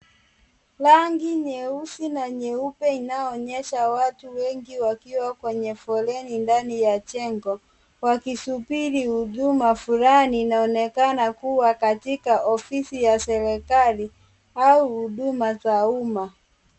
Rangi nyeusi na nyeupe inayoonyesha watu wengi wakiwa kwenye foleni ndani ya jengo wakisubiri huduma fulani. Inaonekana kuwa katika ofisi ya serikali au huduma za umma.